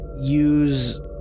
Use